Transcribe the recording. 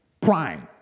prime